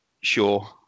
sure